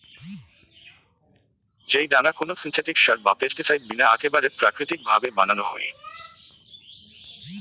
যেই ডাঙা কোনো সিনথেটিক সার বা পেস্টিসাইড বিনা আকেবারে প্রাকৃতিক ভাবে বানানো হই